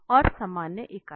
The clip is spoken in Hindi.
और सामान्य इकाई